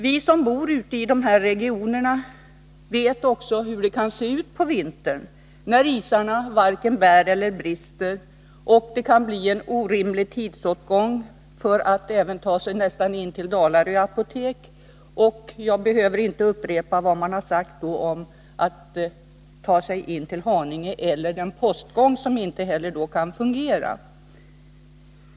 Vi som bor i de här regionerna vet hur det kan se ut på vintern, när isarna varken bär eller brister och det kan bli fråga om en nästan orimlig tidsåtgång att ta sig till Dalarö apotek. Jag behöver inte upprepa vad som sagts om möjligheterna att ta sig in till Haninge eller om den postgång som under sådana förhållanden inte heller kan fungera.